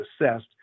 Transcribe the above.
assessed